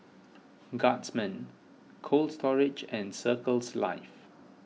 Guardsman Cold Storage and Circles Life